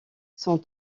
sont